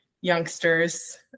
youngsters